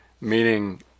meaning